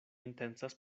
intencas